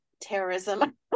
terrorism